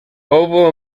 over